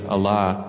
Allah